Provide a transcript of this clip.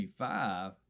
25